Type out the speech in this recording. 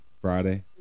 friday